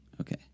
Okay